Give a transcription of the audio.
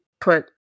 put